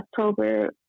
October